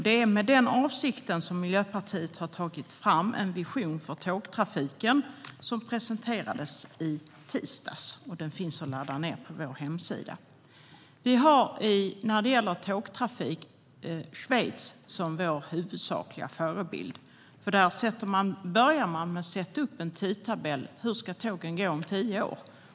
Det är med den avsikten som Miljöpartiet har tagit fram en vision för tågtrafiken som presenterades i tisdags. Den finns att ladda ned på vår hemsida. När det gäller vår tågtrafik har vi Schweiz som vår huvudsakliga förebild. Där börjar man med att besluta om en tidtabell för hur tågen ska gå om tio år.